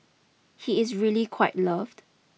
he is really quite loved